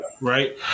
right